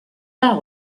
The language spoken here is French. tard